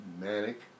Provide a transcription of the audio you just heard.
manic